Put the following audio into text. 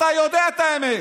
אתה יודע את האמת.